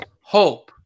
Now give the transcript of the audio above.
hope